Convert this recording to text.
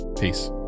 Peace